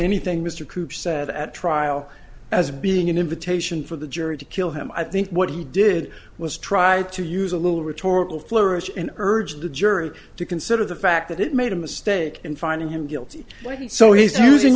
anything mr cooper said at trial as being an invitation for the jury to kill him i think what he did was try to use a little rhetorical flourish and urge the jury to consider the fact that it made a mistake in finding him guilty when he so he